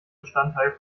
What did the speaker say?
bestandteil